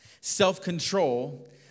Self-control